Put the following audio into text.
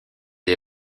dès